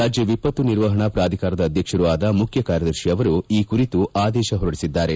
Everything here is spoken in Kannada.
ರಾಜ್ಯ ವಿಪತ್ತು ನಿರ್ವಹಣಾ ಪ್ರಾಧಿಕಾರದ ಆಧ್ವಕ್ಷರೂ ಆದ ಮುಖ್ಯ ಕಾರ್ಯದರ್ಶಿ ಅವರು ಈ ಕುರಿತು ಆದೇಶ ಹೊರಡಿಸಿದ್ದಾರೆ